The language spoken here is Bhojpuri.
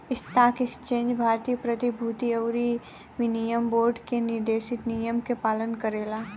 स्टॉक एक्सचेंज भारतीय प्रतिभूति अउरी विनिमय बोर्ड के निर्देशित नियम के पालन करेला